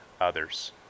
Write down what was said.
others